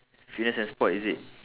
fitness and sport is it